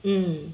mm